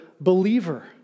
believer